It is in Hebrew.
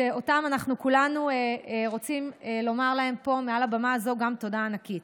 אנחנו כולנו רוצים לומר פה גם מעל הבמה הזו תודה ענקית: